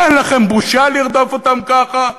אין לכם בושה לרדוף אותם ככה?